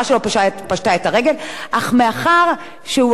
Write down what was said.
אך מאחר שהוא היה בעל הכנסה מאוד גבוהה,